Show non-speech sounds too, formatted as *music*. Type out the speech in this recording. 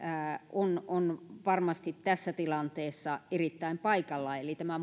on on varmasti tässä tilanteessa erittäin paikallaan kansalaisten varsinkin ikäihmisten kannalta eli tämä *unintelligible*